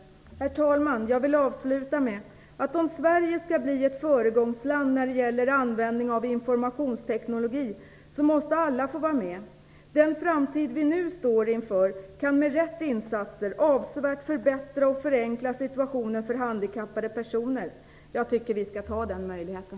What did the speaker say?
Herr talman! Jag vill avsluta med att om Sverige skall bli ett föregångsland när det gäller användning av informationsteknologi, måste alla få vara med. Den framtid vi nu står inför kan med rätta insatser avsevärt förbättra och förenkla situationen för handikappade personer. Jag tycker att vi skall ta den möjligheten.